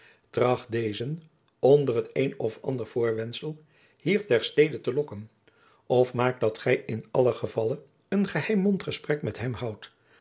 tracht dezen onder t een of ander voorwendsel hier ter stede te lokken of maak dat gij in allen gevalle een geheim mondgesprek met hem houdt